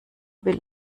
will